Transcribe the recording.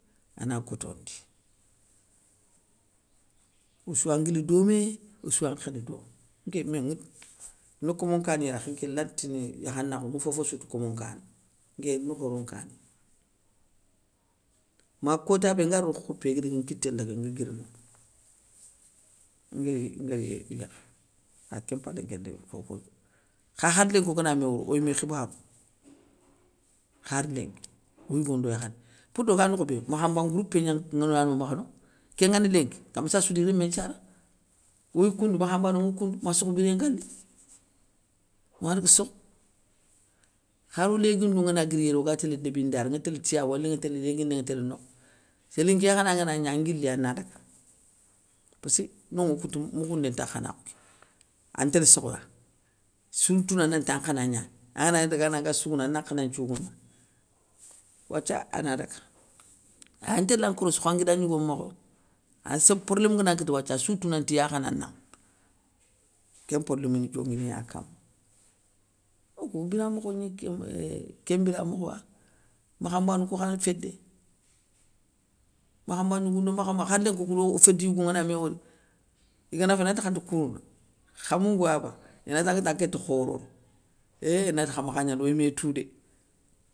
Ana gotondi, ossoua nguili domé, ossoua nkhéné domé, nké mé nŋe, na komo nkaniya khi nké lante tini gnakhanakhou nŋefofossou tou komo nkani, nké ni khoro nkaniya. Ma kota bé nga rono khoukhoupé iguidagui nkité laga ngui guir no, nguiri nguér yérékha, kha kén mpalé nkénta fofotou. Kha khar lénki ogana mé wori oy mé khibarou, khar lénki oyougou ndo yakharé, pourte oga nokhou bé, makhanba ngroupé gnani nonano makha no. kén ngani lénki gamssa sou di rémé nthiara, oy koum, makhanbanou nŋa koumou ma sokhou biré nga li, ona daga sokhou. Kharo léguindou ngana guiri yéré oga télé débi ndaré. nŋa télé tiyabou wali nŋa télé léguindé nŋa télé no, séli nké khana nganagni an guila ana daga, passi nonŋa okounte moukhoundé ntakh khanakhou ké, antélé sokhoya assouna toun nanta nkhana gnani, angana dagana anga sougounou anna nkhana nthiougouna, wathia ana daga, aya ntéla nkorossi kho an nguida gnigo mokho, assop porlém ngana nkita wathia assouye tou nanti yi khana nanŋa, kén porlém ini dionguiniya kama. Okou o biramokho gni euuuhh kén mbira mokhoa, makhanbanou kou khaaani fédé, makhanba gnigou ndo makhanba khar lénki okou do o féde yigou ngana mé wori, igana féné onanti khanti kourounou, kha moungouaba, inati angati anké nta khorono euuuh nati kha makhagna dé oy mé tou dé.